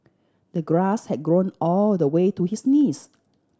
the grass had grown all the way to his knees